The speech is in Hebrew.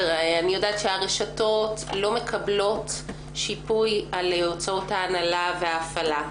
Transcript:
אני יודעת שהרשתות לא מקבלות שיפוי על הוצאות ההנהלה וההפעלה.